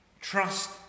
Trust